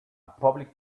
public